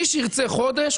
מי שירצה חודש,